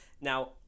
Now